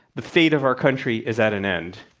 the fate of our country is at an end.